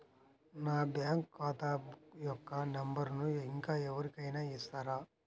నా బ్యాంక్ ఖాతా బుక్ యొక్క నంబరును ఇంకా ఎవరి కైనా ఇస్తారా?